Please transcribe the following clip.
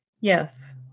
Yes